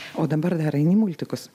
o dabar dar eini į multikus